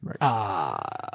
right